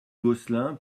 gosselin